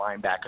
linebacker